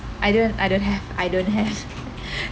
I don't I don't have I don't have